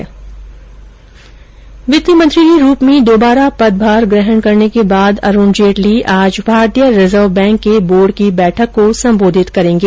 वित्त मंत्री के रूप में दोबारा पद भार ग्रहण करने के बाद अरूण जेटली आज भारतीय रिजर्व बैंक के बोर्ड की बैठक को संबोधित करेंगे